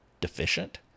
deficient